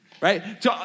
right